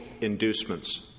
inducements